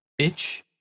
bitch